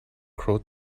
crow